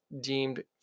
deemed